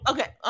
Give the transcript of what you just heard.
Okay